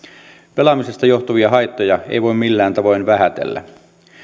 pelaamisesta johtuvia haittoja ei voi millään tavoin vähätellä